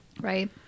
Right